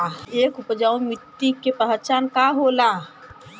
एक उपजाऊ मिट्टी के पहचान का होला?